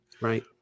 right